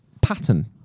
pattern